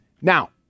Now